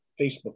Facebook